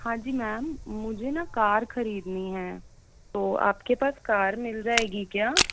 हाँ जी मैम मुझे न कार खरीदनी है तो आपके पास कार मिल जाएगी क्या